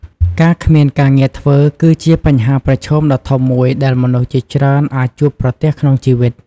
ការគ្មានការងារធ្វើ គឺជាបញ្ហាប្រឈមដ៏ធំមួយដែលមនុស្សជាច្រើនអាចជួបប្រទះក្នុងជីវិត។